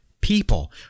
people